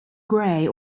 grey